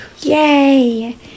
Yay